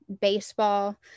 Baseball